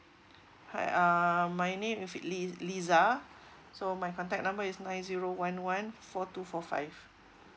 hi uh my name is li~ L I Z A so my contact number is nine zero one one four two four five